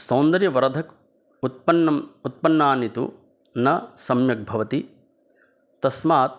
सौन्दर्यवर्धकोत्पन्नानि तु न सम्यक् भवति तस्मात्